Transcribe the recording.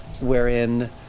wherein